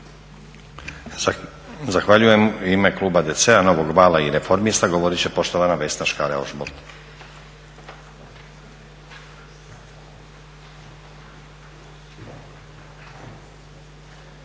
Zahvaljujem. U ime kluba DC-a, Novog vala i reformista govoriti će poštovana Vesna Škare-Ožbolt.